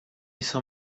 saw